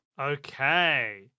Okay